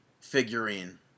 figurine